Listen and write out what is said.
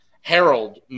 Harold